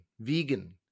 vegan